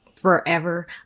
forever